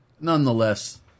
Nonetheless